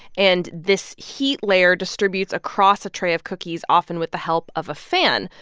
and this heat layer distributes across a tray of cookies, often with the help of a fan.